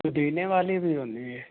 ਪੁਦੀਨੇ ਵਾਲੀ ਵੀ ਹੁੰਦੀ ਏ